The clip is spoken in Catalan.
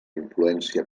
influència